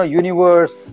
universe